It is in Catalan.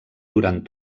durant